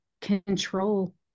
control